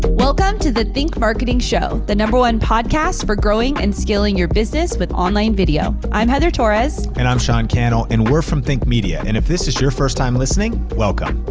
welcome to the think marketing show. the number one podcast for growing and scaling your business with online video. i'm heather torres. and i'm sean cannell, and we're from think media. and if this is your first time listening, welcome.